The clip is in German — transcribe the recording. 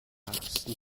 ärgsten